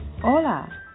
Hola